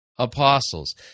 apostles